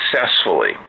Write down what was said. successfully